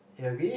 it will be